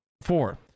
four